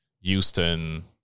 Houston –